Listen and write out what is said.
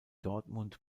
dortmund